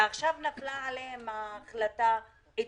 ועכשיו נפלה עליהם ההחלטה אתמול.